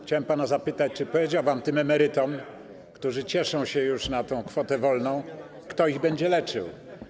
Chciałbym pana zapytać, czy powiedział pan tym emerytom, którzy już cieszą się na tę kwotę wolną, kto ich będzie leczył?